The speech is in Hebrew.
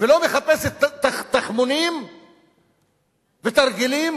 ולא מחפשת תכמונים ותרגילים